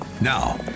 Now